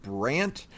Brant